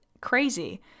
crazy